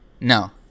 No